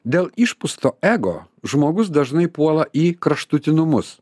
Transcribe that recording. dėl išpusto ego žmogus dažnai puola į kraštutinumus